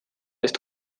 eest